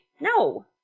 No